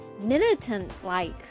militant-like